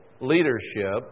leadership